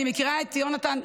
אני מכירה את יונתן.